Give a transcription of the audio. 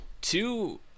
two